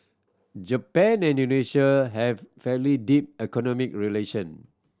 Japan and Indonesia have fairly deep economic relation